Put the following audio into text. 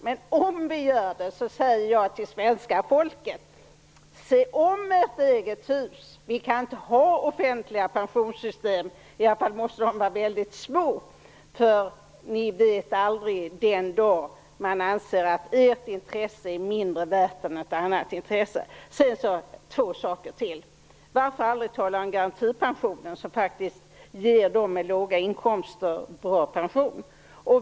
Men om vi gör det säger jag till svenska folket: Se om ert eget hus. Vi kan inte ha offentliga pensionssystem. I alla fall måste de vara väldigt små, för ni vet aldrig den dag man anser att ert intresse är mindre värt än något annat intresse. Varför aldrig tala om garantipension som faktiskt ger dem med låga inkomster bra pension?